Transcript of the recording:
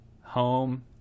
home